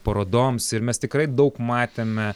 parodoms ir mes tikrai daug matėme